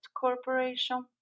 Corporation